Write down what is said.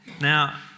Now